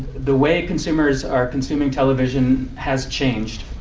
the way consumers are consuming television has changed.